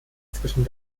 zwischen